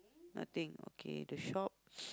nothing okay the shops